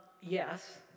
Yes